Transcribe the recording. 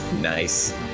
Nice